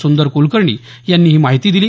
सुंदर कुलकर्णी यांनी ही माहिती दिली